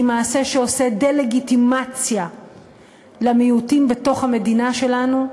היא מעשה שעושה דה-לגיטימציה למיעוטים בתוך המדינה שלנו,